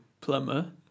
plumber